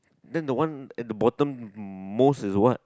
then the one at the bottom most is what